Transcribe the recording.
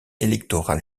électoral